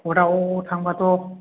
कर्टआव थांबाथ'